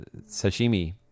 sashimi